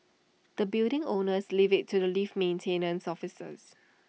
the building owners leave IT to the lift maintenance officers